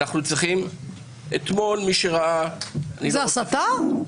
אתמול מי שראה --- איזו הסתה?